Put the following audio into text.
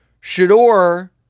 Shador